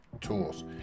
tools